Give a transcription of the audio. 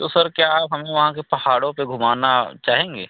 तो सर क्या आप हमें वहाँ के पहाड़ों पर घुमाना चाहेंगे